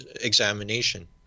examination